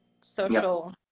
social